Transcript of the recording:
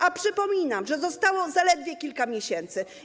A przypominam, że zostało zaledwie kilka miesięcy.